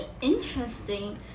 interesting